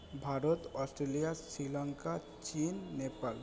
Bharat Australia Sri Lanka চিন নেপাল